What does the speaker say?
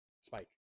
spike